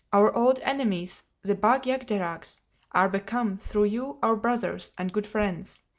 our old enemies, the bag-jagderags are become, through you, our brothers and good friends.